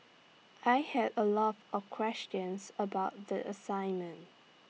I had A lot of questions about the assignment